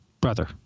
Brother